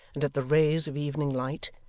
and at the rays of evening light,